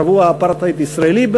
שבוע אפרטהייד ישראלי,